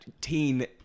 teen